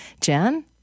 Jan